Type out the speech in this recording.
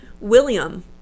william